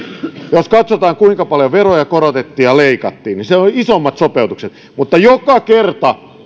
ja katsotaan kuinka paljon veroja korotettiin ja leikattiin niin siellä oli isommat sopeutukset mutta joka kerta